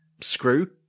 screw